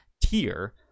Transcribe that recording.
tier